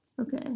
Okay